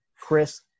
Chris